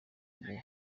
guhura